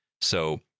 So-